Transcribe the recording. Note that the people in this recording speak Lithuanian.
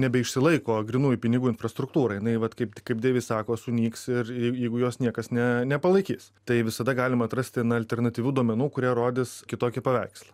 nebeišsilaiko grynųjų pinigų infrastruktūra jinai vat kaip kaip dėvis sako sunyks ir jeigu jos niekas ne nepalaikys tai visada galima atrasti na alternatyvių duomenų kurie rodys kitokį paveikslą